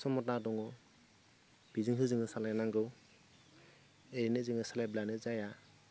खमता दङ बेजोंसो जोङो सालायनांगौ ओरैनो जोङो सालायब्लानो जाया